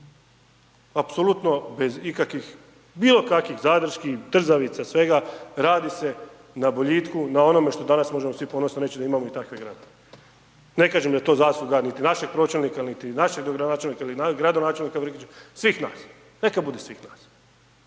apsolutno bez ikakvih, bilo kakvih zadrški, trzavica, svega, radi se na boljitku, na onome što danas možemo svi ponosno reći da imamo i takve gradove. Ne kažem da je to zasluga našeg pročelnika niti našeg dogradonačelnika ili gradonačelnika …/nerazumljivo/… svih nas,